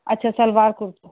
अच्छा सलवार कुर्तो